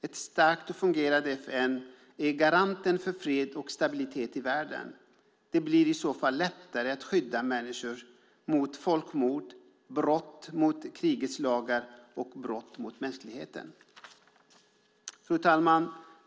Ett starkt och fungerade FN är garanten för fred och stabilitet i världen. Det blir i så fall lättare att skydda människor mot folkmord, brott mot krigets lagar och brott mot mänskligheten. Fru talman!